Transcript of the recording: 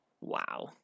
Wow